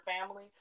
family